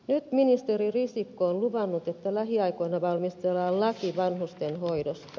nyt ministeri risikko on luvannut että lähiaikoina valmistellaan laki vanhustenhoidosta